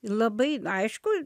labai aišku